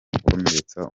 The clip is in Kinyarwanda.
gukomeretsa